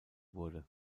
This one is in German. wurde